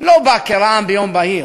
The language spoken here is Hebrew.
לא בא כרעם ביום בהיר.